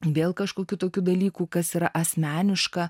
vėl kažkokių tokių dalykų kas yra asmeniška